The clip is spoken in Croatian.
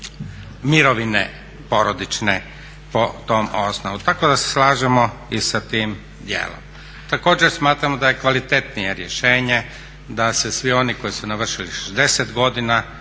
mirovine porodične po tom osnovu. Tako da se slažemo i sa tim dijelom. Također smatramo da je kvalitetnije rješenje da se svi oni koji su navršili 60. godina